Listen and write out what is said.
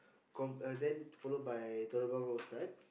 com~ uh then followed by Telok-Blangah Ustad